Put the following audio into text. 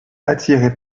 attirait